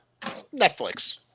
Netflix